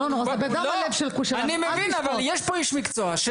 יש פה איש מקצוע.